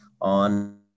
on